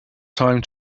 time